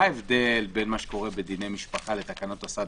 מה ההבדל בין מה שקורה בדיני משפחה לתקנות הסד"א?